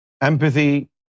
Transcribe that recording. Empathy